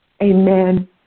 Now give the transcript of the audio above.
Amen